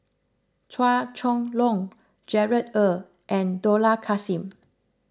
Chua Chong Long Gerard Ee and Dollah Kassim